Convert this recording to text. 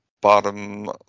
bottom